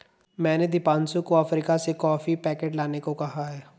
मैंने दीपांशु को अफ्रीका से कॉफी पैकेट लाने को कहा है